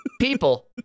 people